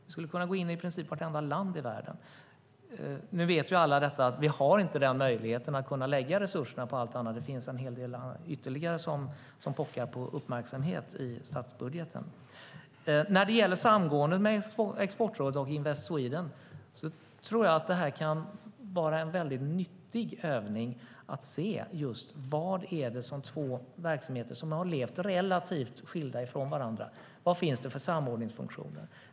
Vi skulle kunna gå in i princip vartenda land i världen. Nu vet vi alla att vi inte har den möjligheten att kunna lägga resurserna där. Det finns en hel del ytterligare som pockar på uppmärksamhet i statsbudgeten. När det gäller samgåendet mellan Exportrådet och Invest Sweden kan det vara en väldigt nyttig övning. Det handlar om att se vad det finns för samordningsfunktioner för två verksamheter som har levt relativt skilda från varandra.